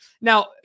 Now